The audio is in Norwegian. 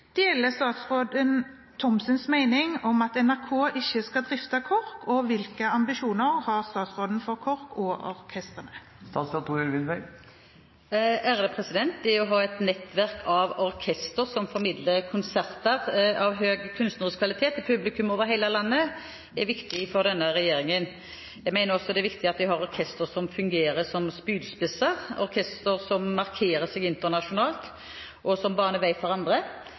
Deler statsråden Thomsens mening om at NRK ikke skal drifte KORK, og hvilke ambisjoner har statsråden for KORK og orkestrene?» Det å ha et nettverk av orkestre som formidler konserter av høy kunstnerisk kvalitet til publikum over hele landet, er viktig for denne regjeringen. Jeg mener også at det er viktig at vi har orkestre som fungerer som spydspisser, orkestre som markerer seg internasjonalt, og som